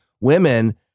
women